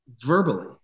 verbally